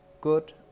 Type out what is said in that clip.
good